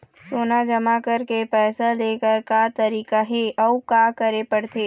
सोना जमा करके पैसा लेकर का तरीका हे अउ का करे पड़थे?